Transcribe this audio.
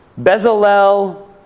Bezalel